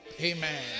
amen